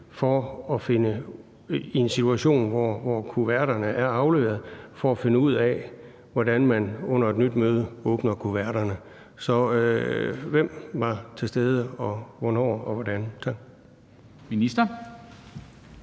have et møde i en situation, hvor kuverterne er afleveret, for at finde ud af, hvordan man under et nyt møde åbner kuverterne. Så hvem var til stede og hvornår og hvordan? Tak. Kl.